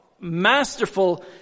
masterful